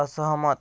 असहमत